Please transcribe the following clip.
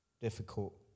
difficult